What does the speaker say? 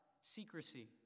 secrecy